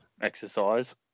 exercise